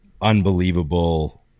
unbelievable